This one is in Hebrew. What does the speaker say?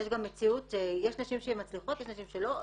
יש גם מציאות, יש נשים שמצליחות ויש נשים שלא.